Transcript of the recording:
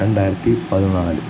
രണ്ടായിരത്തി പതിനാല്